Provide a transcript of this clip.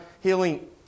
healing